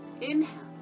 Inhale